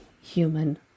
human